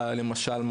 למשל,